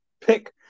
Pick